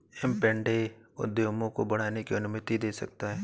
M and A उद्यमों को बढ़ाने की अनुमति दे सकता है